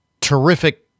terrific